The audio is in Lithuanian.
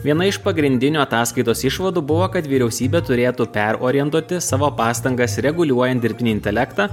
viena iš pagrindinių ataskaitos išvadų buvo kad vyriausybė turėtų perorientuoti savo pastangas reguliuojant dirbtinį intelektą